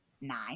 nine